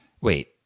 wait